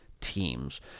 teams